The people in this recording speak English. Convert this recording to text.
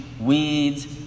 weeds